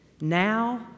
Now